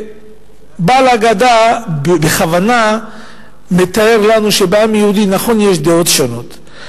שבעל ההגדה בכוונה מתאר לנו שבעם היהודי נכון שיש דעות שונות,